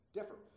differ